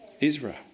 Israel